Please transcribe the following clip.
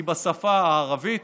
היא בשפה הערבית.